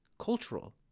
cultural